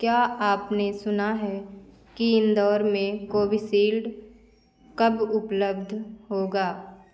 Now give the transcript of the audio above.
क्या आपने सुना है कि इंदौर में कोविसिल्ड कब उपलब्ध होगी